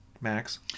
Max